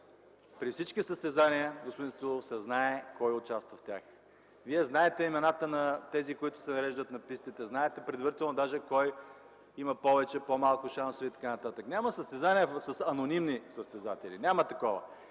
при всички състезания, господин Стоилов, се знае кой участва в тях. Вие знаете имената на тези, които се нареждат на пистите, знаете предварително даже кой има повече или по-малко шансове и т.н. Няма състезание с анонимни състезатели! Няма такова!